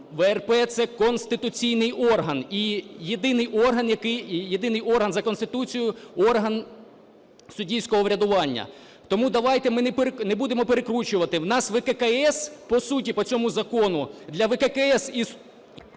ВРП – це конституційний орган. І єдиний орган за Конституцією – орган суддівського врядування. Тому давайте ми не будемо перекручувати. В нас ВККС, по суті, по цьому закону, для ВККС… ГОЛОВУЮЧИЙ. Дайте